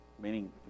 meaning